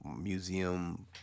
museum